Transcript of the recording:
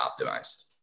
optimized